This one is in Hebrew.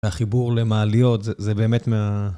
החיבור למעליות זה.. זה באמת מה...